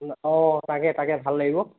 অঁ তাকে তাকে ভাল লাগিব